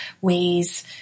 ways